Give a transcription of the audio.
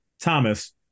Thomas